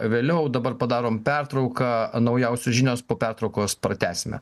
vėliau dabar padarom pertrauką naujausios žinios po pertraukos pratęsime